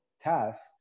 tasks